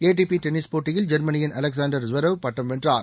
ATP tennis போட்டியில் ஜெர்மனியின் Alexander Zverev பட்டம் வென்றார்